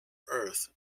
earth